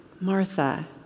Martha